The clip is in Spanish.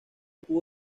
pudo